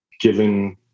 given